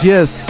Yes